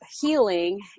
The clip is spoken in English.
healing